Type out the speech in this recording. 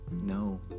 No